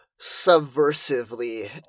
subversively